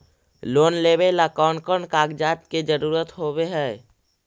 Loan लेबे ला कौन कौन कागजात के जरुरत होबे है?